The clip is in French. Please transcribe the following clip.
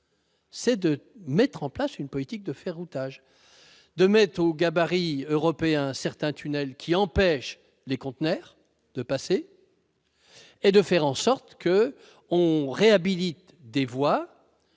est de mettre en place une politique de ferroutage, de mettre au gabarit européen certains tunnels par lesquels les conteneurs ne peuvent passer et de faire en sorte qu'on réhabilite les voies